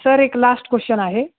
sir एक last question आहे